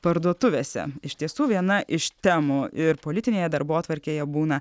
parduotuvėse iš tiesų viena iš temų ir politinėje darbotvarkėje būna